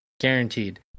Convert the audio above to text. Guaranteed